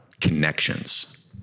connections